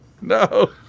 no